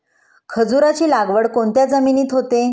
खजूराची लागवड कोणत्या जमिनीत होते?